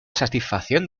satisfacción